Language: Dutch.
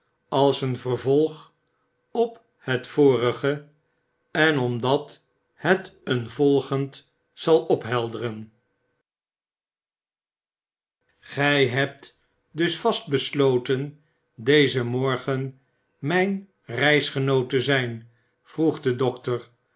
als ken vervolg op het vorige en omdat het een volgend zal ophelderen gij hebt dus vast besloten dezen morgen mijn reisgenoot te zijn vroeg de dokter